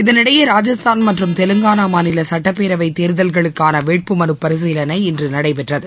இதனிடையே ராஜஸ்தான் மற்றும் தெலங்கானா மாநில சுட்டப் பேரவைத் தேர்தல்களுக்கான வேட்பு மனு பரிசீலனை இன்று நடைபெற்றது